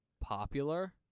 popular